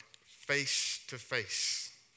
face-to-face